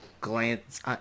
Glance